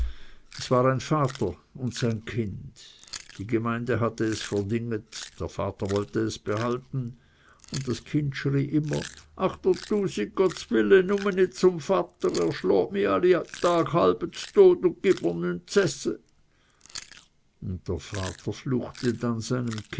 es war ein vater und sein kind die gemeinde hatte es verdinget der vater wollte es behalten und das kind schrie immer ach der tusig gotts wille nume nit zum vater er schlat mi alli tag halb z'tod und git mr nüt z'esse und der vater fluchte dann